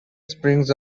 springs